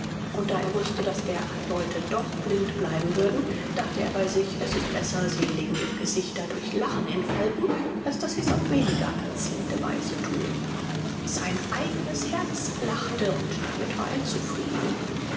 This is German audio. und da er wußte daß derart leute doch blind bleiben würden dachte er bei sich es ist besser sie legen ihre gesichter durch lachen in falten als daß sie's auf weniger anziehende weise thun sein eigenes herz lachte und damit war er zufrieden